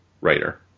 writer